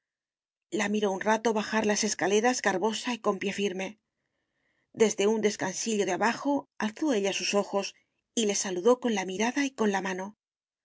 la miró un rato bajar las escaleras garbosa y con pie firme desde un descansillo de abajo alzó ella sus ojos y le saludó con la mirada y con la mano